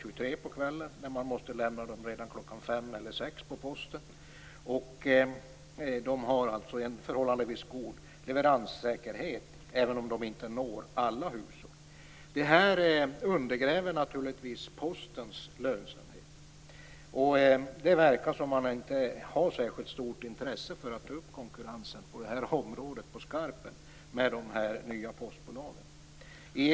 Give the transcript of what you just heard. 23 på kvällen, medan man måste lämna brev kl. 17 eller kl. 18 till posten. De har också en relativt god leveranssäkerhet, även om de inte når alla hushåll. Det här undergräver naturligtvis Postens lönsamhet. Det verkar som om man inte har särskilt stort intresse för att ta upp konkurrensen med de nya postbolagen på skarpen.